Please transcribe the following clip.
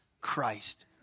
Christ